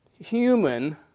human